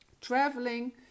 traveling